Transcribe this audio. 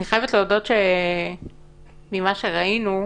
אני חייבת להודות ממה שראינו,